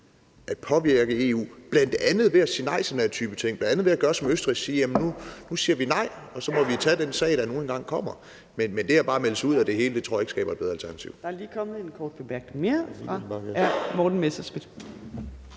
at påvirke EU, bl.a. ved at sige nej til den her type ting, bl.a. ved at gøre som Østrig og sige, at nu siger vi nej, og så må vi tage den sag, der nu engang kommer. Men bare at melde sig ud af det hele tror jeg ikke skaber et bedre alternativ.